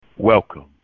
Welcome